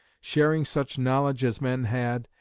sharing such knowledge as men had,